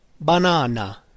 Banana